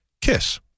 Kiss